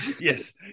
yes